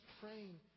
praying